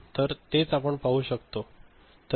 तर तेच आपण पाहू शकता